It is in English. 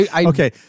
Okay